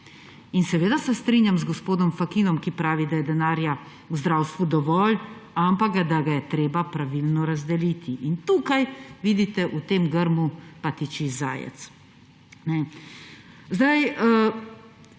In seveda se strinjam z gospodom Fakinom, ki pravi, da je denarja v zdravstvu dovolj, ampak da ga je treba pravilno razdeliti. In tukaj, vidite, v tem grmu pa tiči zajec. Seveda